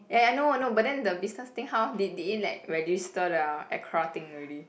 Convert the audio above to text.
ya ya I know I know but then the business thing how did did it like register the Acra thing already